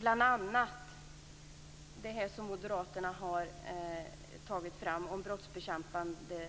Det gäller bl.a. det som Moderaterna har tagit fram om brottsbekämpande